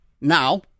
now